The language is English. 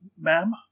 ma'am